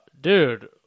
dude